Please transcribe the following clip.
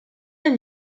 del